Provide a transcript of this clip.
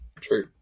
True